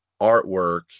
artwork